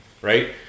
right